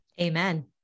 Amen